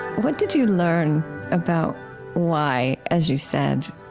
what did you learn about why, as you said,